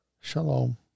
Shalom